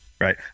right